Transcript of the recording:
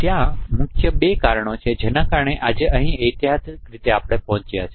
ત્યાં મુખ્ય બે કારણો છે જેના કારણે તે આજે અહી એતિહાસિક રીતે આપણે પહોંચ્યો છે